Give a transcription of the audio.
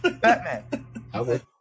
Batman